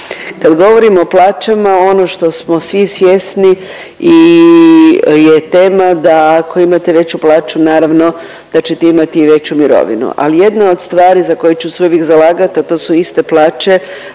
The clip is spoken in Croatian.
Kad govorimo o plaćama ono što smo svi svjesni i je tema da ako imate veću plaću naravno da ćete imati i veću mirovinu. Ali jedna od stvari za koju ću se uvijek zalagat, a to su iste plaće